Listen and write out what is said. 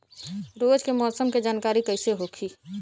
रोज के मौसम के जानकारी कइसे होखि?